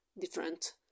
different